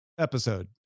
Episode